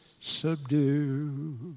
subdue